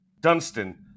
Dunstan